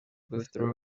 withdrew